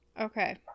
okay